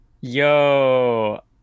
Yo